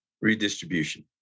redistribution